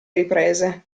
riprese